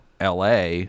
LA